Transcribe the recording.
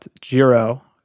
Jiro